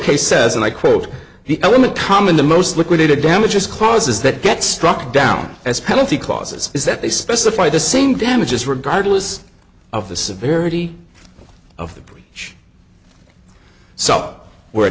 case says and i quote the element common the most liquidated damages clauses that get struck down as penalty clauses is that they specify the same damages regardless of the severity of the british so we're a